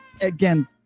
again